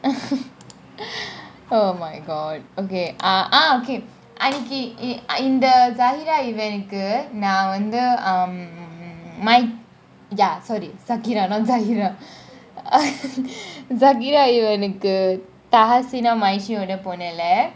oh my god okay ah ah okay I i~ i~ in the Zahira :zahira event um my ya sorry zakirah not zahirah zakirah event கு தகாசினும் ஐஷு ஓட பொன்னல :ku thagasinum aishu ooda ponanla